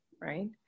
right